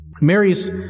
Mary's